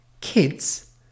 Kids